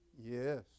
Yes